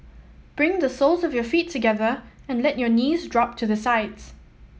bring the soles of your feet together and let your knees drop to the sides